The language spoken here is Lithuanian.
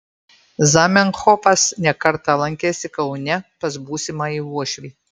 zamenhofas ne kartą lankėsi kaune pas būsimąjį uošvį